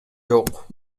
жок